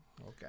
Okay